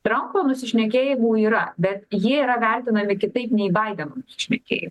trampo nusišnekėjimų yra bet jie yra vertinami kitaip nei baideno nusišnekėjimai